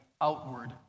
outward